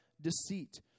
deceit